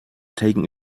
taken